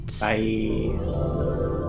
bye